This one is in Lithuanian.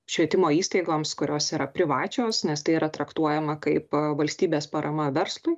švietimo įstaigoms kurios yra privačios nes tai yra traktuojama kaip valstybės parama verslui